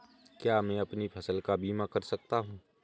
क्या मैं अपनी फसल का बीमा कर सकता हूँ?